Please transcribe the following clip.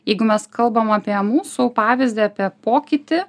jeigu mes kalbam apie mūsų pavyzdį apie pokytį